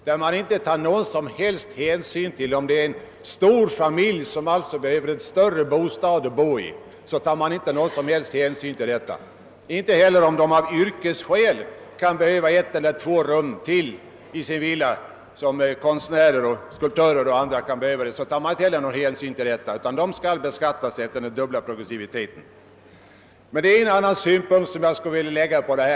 Man tar inte någon som helst hänsyn till om det gäller en stor familj som behöver större bostad och inte heller om någon av yrkesskäl kan behöva ett eller två rum till i villan, såsom konstnärer och andra. Alla skall beskattas efter den dubbla progressiviteten. Emellertid är det en annan synpunkt som jag skulle vilja lägga på detta.